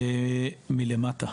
מלמטה.